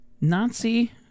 Nazi